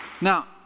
Now